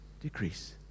decrease